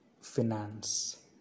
finance